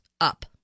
up